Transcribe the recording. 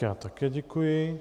Já také děkuji.